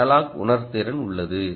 analogue உணர்திறன் உள்ளது